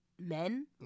men